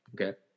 Okay